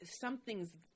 something's